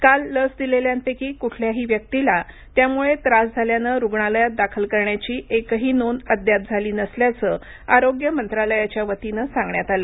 काल लस दिलेल्यांपैकी कूठल्याही व्यक्तीला त्यामुळे त्रास झाल्यानं रुग्णालयात दाखल करण्याची एकही नोंद अद्याप झाली नसल्यांच आरोग्य मंत्रालयाच्या वतीन सांगण्यात आलं